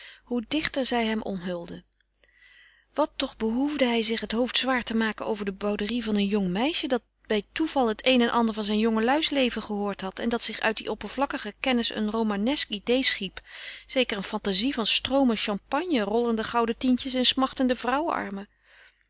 hoe dichter zij hem omhulden wat toch behoefde hij zich het hoofd zwaar te maken over de bouderie van een jong meisje dat bij toeval het een en ander van zijn jongeluis leven gehoord had en dat zich uit die oppervlakkige kennis een romanesk idée schiep zeker een fantazie van stroomen champagne rollende gouden tientjes en smachtende